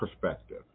perspective